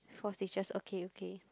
four stitches okay okay